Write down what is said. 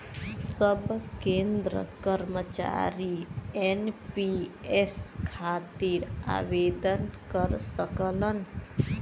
सब केंद्र कर्मचारी एन.पी.एस खातिर आवेदन कर सकलन